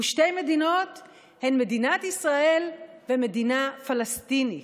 ושתי המדינות הן מדינת ישראל ומדינה פלסטינית.